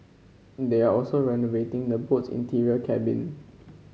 they are also renovating the boat's interior cabin